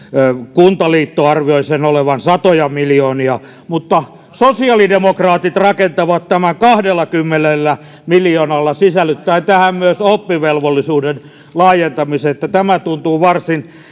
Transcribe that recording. kuntaliitto arvioi niiden olevan satoja miljoonia mutta sosiaalidemokraatit rakentavat tämän kahdellakymmenellä miljoonalla sisällyttäen tähän myös oppivelvollisuuden laajentamisen tämä tuntuu varsin